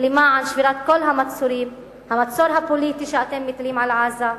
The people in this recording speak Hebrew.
למען שבירת כל המצורים: המצור הפוליטי שאתם מטילים על עזה,